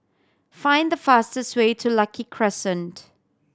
find the fastest way to Lucky Crescent